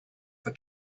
for